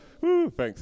Thanks